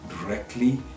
directly